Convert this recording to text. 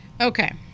Okay